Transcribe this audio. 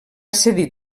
cedir